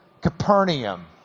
Capernaum